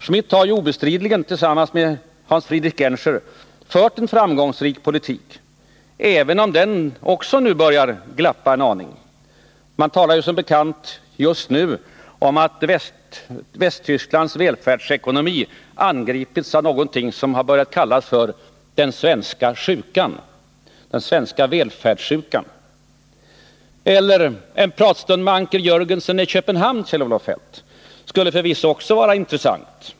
Schmidt har obestridligen, tillsammans med Hans-Dietrich Genscher, fört en framgångsrik politik, även om också den nu börjar glappa en aning. Man talar som bekant just nu om att Västtysklands välfärdsekonomi angripits av någonting som har börjat kallas för ”den svenska sjukan” eller ”den svenska välfärdssjukan”. En pratstund med partivännen Anker Jörgensen i Köpenhamn, Kjell-Olof Feldt, skulle förvisso också vara intressant.